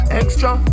extra